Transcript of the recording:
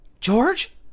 George